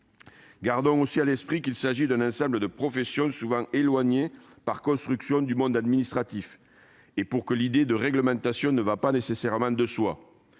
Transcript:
Gardons aussi à l'esprit qu'il s'agit d'un ensemble de professions qui sont souvent éloignées, par construction, du monde administratif, et pour lesquelles l'idée de réglementation ne va pas nécessairement de soi.